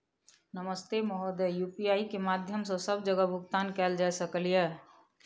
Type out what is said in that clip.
नमस्ते महोदय, यु.पी.आई के माध्यम सं सब जगह भुगतान कैल जाए सकल ये?